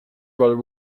brother